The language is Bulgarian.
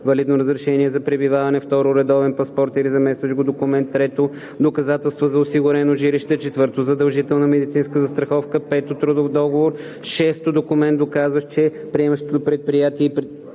валидно разрешение за пребиваване; 2. редовен паспорт или заместващ го документ; 3. доказателства за осигурено жилище; 4. задължителна медицинска застраховка; 5. трудов договор; 6. документ, доказващ че приемащото предприятие